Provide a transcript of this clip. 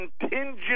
contingent